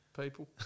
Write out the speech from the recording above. People